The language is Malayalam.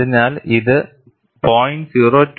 അതിനാൽ ഇത് 0